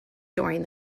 during